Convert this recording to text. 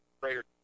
greater